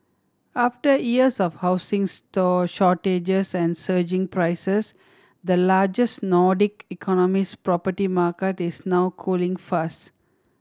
after years of housing store shortages and surging prices the largest Nordic economy's property market is now cooling fast